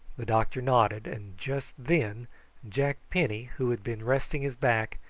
the doctor nodded and just then jack penny, who had been resting his back,